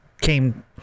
came